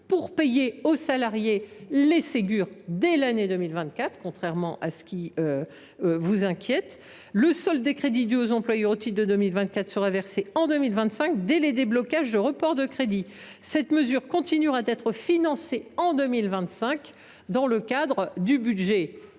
soient payées aux salariés concernés dès l’année 2024, ce qui devrait apaiser vos inquiétudes. Le solde des crédits dus aux employés au titre de 2024 sera versé en 2025 dès le déblocage des reports de crédits. Cette mesure continuera d’être financée en 2025 dans le cadre du budget